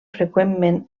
freqüentment